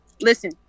Listen